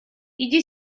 иди